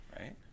Right